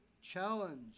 challenge